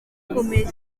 isi